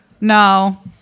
No